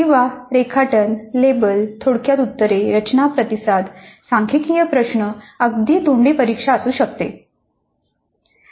किंवा रेखाटन लेबल थोडक्यात उत्तरे रचना प्रतिसाद सांख्यिकीय प्रश्न अगदी तोंडी परिक्षा असू शकते